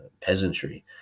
peasantry